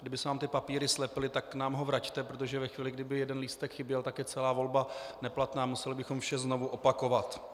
Kdyby se vám ty papíry slepily, tak nám ho vraťte, protože ve chvíli, kdy by jeden lístek chyběl, je celá volba neplatná, museli bychom vše znovu opakovat.